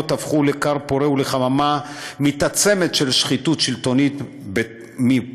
הפכו לכר פורה וחממה מתעצמת של שחיתות שלטונית מבחילה.